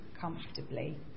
comfortably